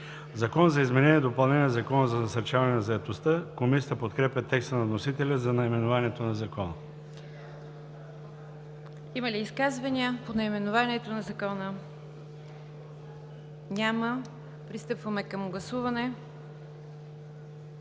„Закон за изменение и допълнение на Закона за насърчаване на заетостта“.“ Комисията подкрепя текста на вносителя за наименованието на Закона. ПРЕДСЕДАТЕЛ НИГЯР ДЖАФЕР: Има ли изказвания по наименованието на Закона? Няма. Пристъпваме към гласуване.